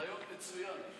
רעיון מצוין.